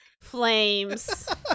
flames